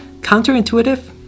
counterintuitive